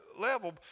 level